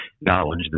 Knowledge